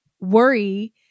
worry